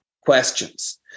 questions